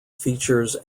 features